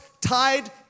tied